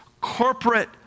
corporate